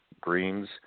Greens